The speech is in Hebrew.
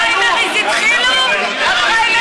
אתה עלוב.